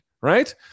right